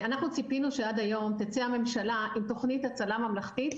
ציפינו שעד היום תצא הממשלה עם תוכנית הצלה ממלכתית